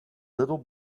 little